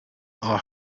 are